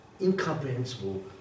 incomprehensible